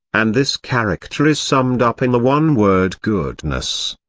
and this character is summed up in the one word goodness.